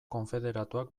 konfederatuak